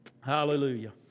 Hallelujah